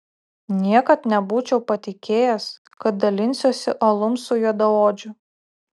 niekad nebūčiau patikėjęs kad dalinsiuosi alum su juodaodžiu